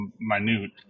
minute